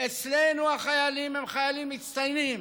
אצלנו החיילים הם חיילים מצטיינים,